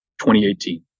2018